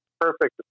perfect